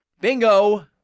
Bingo